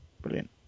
brilliant